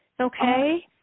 okay